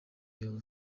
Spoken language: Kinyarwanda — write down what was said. your